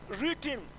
written